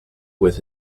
with